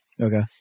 Okay